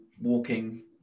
walking